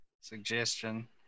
suggestion